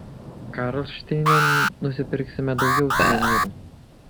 karlšteine nusipirksime daugiau suvenyrų